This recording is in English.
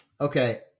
Okay